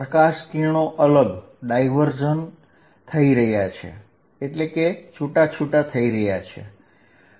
પ્રકાશ કિરણો અલગ પડી રહ્યા છે એટલે કે છુટા છુટા થઈ રહ્યા છે